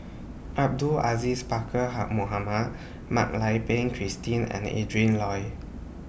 Abdul Aziz Pakkeer Ha Mohamed Mak Lai Peng Christine and Adrin Loi